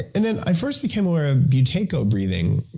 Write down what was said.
and then i first became aware of buteyko breathing,